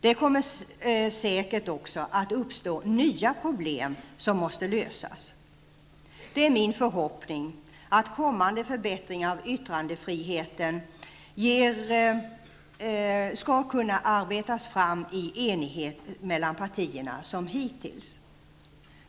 Det kommer säkert att uppstå nya problem som måste lösas. Det är min förhoppning att kommande förbättringar av yttrandefriheten skall kunna arbetas fram i enighet mellan partierna -- liksom hittills.